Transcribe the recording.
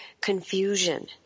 confusion